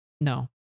no